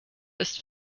ist